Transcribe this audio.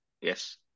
yes